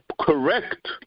correct